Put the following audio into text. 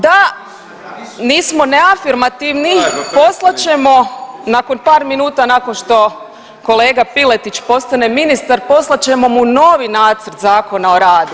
Da nismo neafirmativni poslat ćemo nakon par minuta nakon što kolega Piletić postane ministar, poslat ćemo mu novi nacrt Zakona o radu.